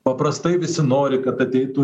paprastai visi nori kad ateitų